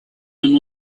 and